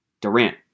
Durant